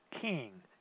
king